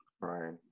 Right